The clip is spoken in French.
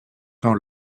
dans